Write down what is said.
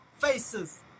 Faces